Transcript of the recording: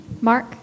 Mark